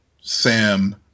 Sam